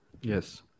Yes